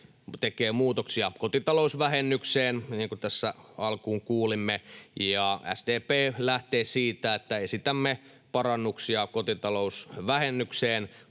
tekee muutoksia kotitalousvähennykseen, niin kuin tässä alkuun kuulimme. SDP lähtee siitä, että esitämme parannuksia kotitalousvähennykseen